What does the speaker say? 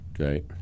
Okay